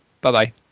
Bye-bye